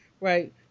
right